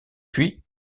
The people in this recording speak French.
puis